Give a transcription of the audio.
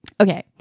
okay